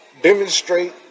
demonstrate